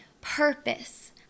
purpose